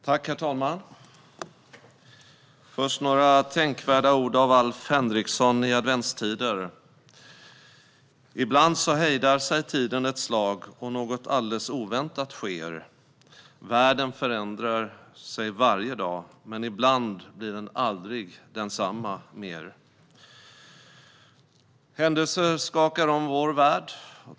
Herr talman! Först några tänkvärda ord av Alf Henriksson i adventstider: Ibland liksom hejdar sig tiden ett slagoch någonting alldeles oväntat sker. Världen förändrar sig varje dagmen ibland blir den aldrig densamma mer. Händelser skakar om vår värld.